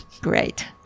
Great